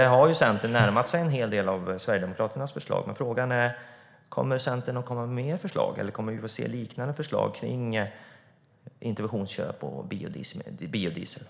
Där har Centern närmat sig en hel del av Sverigedemokraternas förslag. Men frågan är om Centern kommer med fler förslag eller om vi kommer att få se liknande förslag kring interventionsköp och biodiesel.